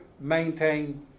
maintain